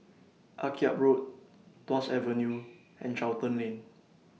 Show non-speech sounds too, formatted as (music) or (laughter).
Akyab Road Tuas Avenue (noise) and Charlton Lane